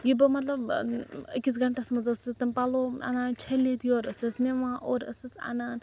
یہِ بہٕ مطلب ٲں أکِس گھنٹَس منٛز ٲسٕس تِم پَلوٚو اَنان چھٔلِتھ یورٕ ٲسٕس نِوان اورٕ ٲسٕس اَنان